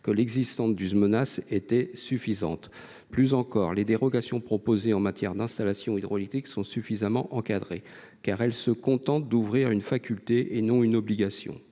que l’existence d’une menace était suffisante. Plus encore, les dérogations proposées en matière d’installations hydrauliques sont suffisamment encadrées, car elles se contentent d’ouvrir une faculté pour l’autorité